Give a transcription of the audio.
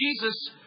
Jesus